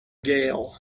gale